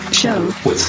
show